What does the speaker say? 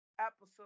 episode